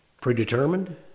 Predetermined